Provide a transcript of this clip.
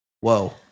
Whoa